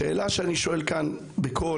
השאלה שאני שואל כאן בקול,